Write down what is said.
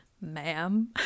Ma'am